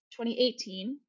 2018